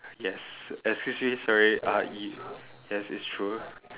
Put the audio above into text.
yes excuse me sorry uh it yes it's true